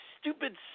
stupid